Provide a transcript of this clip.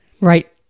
Right